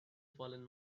fallen